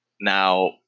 Now